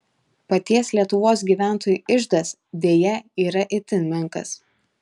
paties lietuvos gyventojų iždas deja yra itin menkas